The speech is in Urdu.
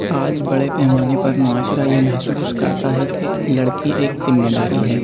آج بڑے پیمانے پر معاشرہ یہ محسوس کرتا ہے کہ لڑکی ایک ذمہ داری ہے